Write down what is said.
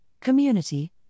community